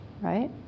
right